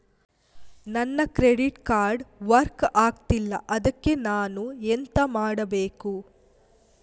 ನನ್ನ credit card work ಆಗ್ತಿಲ್ಲ ಅದ್ಕೆ ನಾನು ಎಂತ ಮಾಡಬೇಕು?